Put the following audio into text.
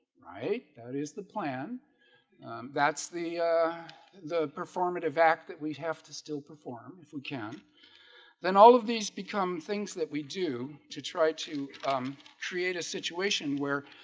right? that is the plan that's the the performative act that we have to still perform if we can then all of these become things that we do to try to um create a situation where?